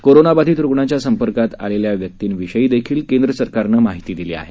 कोरोनाबाधित रुग्णाच्या संपर्कात आलेल्या व्यक्तींविषयीही केंद्र सरकारने माहिती दिली आहे